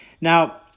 Now